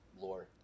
lore